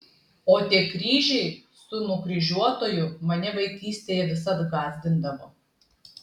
o tie kryžiai su nukryžiuotuoju mane vaikystėje visad gąsdindavo